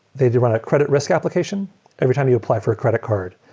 they do run a credit risk application every time you apply for a credit card.